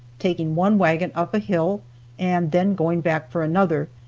taking one wagon up a hill and then going back for another,